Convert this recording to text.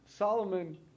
Solomon